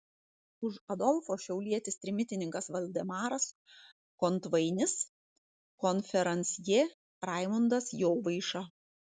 už adolfo šiaulietis trimitininkas valdemaras kontvainis konferansjė raimundas jovaiša